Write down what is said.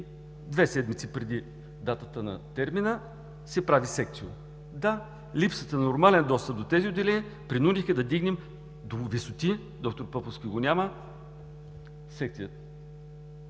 две седмици преди датата на термина се прави секцио. Да, липсата на нормален достъп до тези отделения принудиха да вдигнем до висоти – доктор Поповски го няма – секциото.